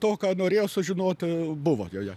to ką norėjo sužinoti buvo joje